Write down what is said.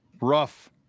rough